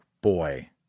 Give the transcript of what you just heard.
boy